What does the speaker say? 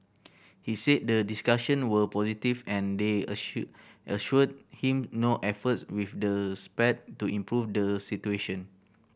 he said the discussion were positive and they assure assured him no efforts will the spared to improve the situation